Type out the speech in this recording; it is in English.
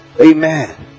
amen